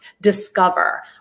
discover